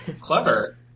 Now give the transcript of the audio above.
clever